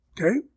Okay